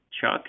Chuck